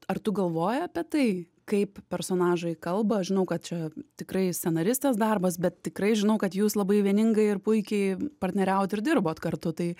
ar tu galvoji apie tai kaip personažai kalba žinau kad čia tikrai scenaristės darbas bet tikrai žinau kad jūs labai vieningai ir puikiai partneriavot ir dirbot kartu tai